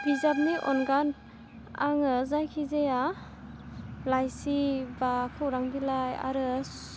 बिजाबनि अनगा आङो जायखिजाया लाइसि बा खौरां बिलाइ आरो